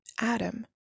Adam